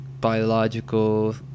biological